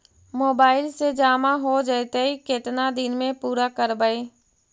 Mobile से जामा हो जैतय, केतना दिन में पुरा करबैय?